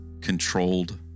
controlled